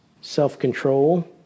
self-control